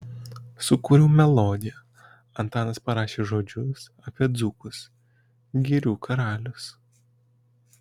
sukūriau melodiją antanas parašė žodžius apie dzūkus girių karalius